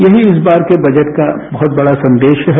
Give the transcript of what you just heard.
यही इस बार के बजट का बह्त बड़ा संदेश है